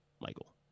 Michael